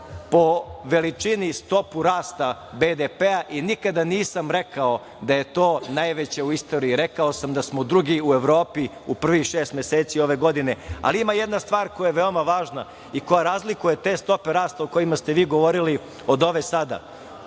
po veličini stopu rasta BDP, i nikada nisam rekao da je to najveća u istoriji, rekao sam da smo drugi u Evropi u prvih šest meseci ove godine. Ima jedna stvar koja je veoma važna i koja razlikuje te stope rasta o kojima ste vi govorili od ove sada.